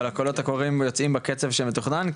אבל הקולות הקוראים שתוכננו יוצאים בקצב שמתוכנן?